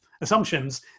assumptions